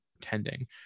pretending